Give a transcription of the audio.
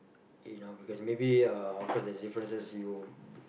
you know because maybe uh of course there's differences you